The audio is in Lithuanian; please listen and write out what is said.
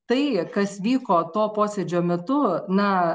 tai kas vyko to posėdžio metu na